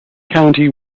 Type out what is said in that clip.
county